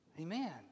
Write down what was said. Amen